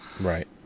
Right